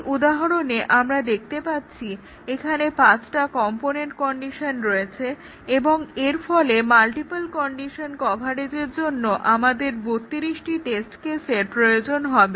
এই উদাহরণে আমরা দেখতে পাচ্ছি এখানে পাঁচটা কম্পোনেন্ট কন্ডিশন রয়েছে এবং এরফলে মাল্টিপল কন্ডিশন কভারেজের জন্য আমাদের 32 টি টেস্ট কেসের প্রয়োজন হবে